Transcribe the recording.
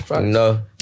No